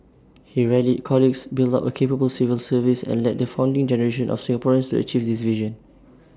he rallied colleagues built up A capable civil service and led the founding generation of Singaporeans achieve this vision